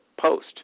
post